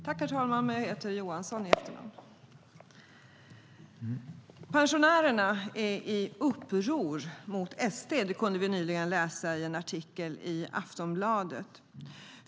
Herr talman! "Pensionärerna i uppror - mot SD", kunde vi nyligen läsa i en artikel i Aftonbladet.